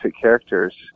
characters